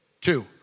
Two